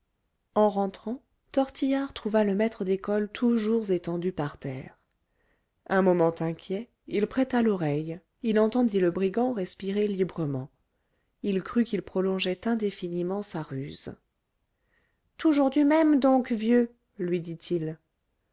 en rentrant tortillard trouva le maître d'école toujours étendu par terre un moment inquiet il prêta l'oreille il entendit le brigand respirer librement il crut qu'il prolongeait indéfiniment sa ruse toujours du même donc vieux lui dit-il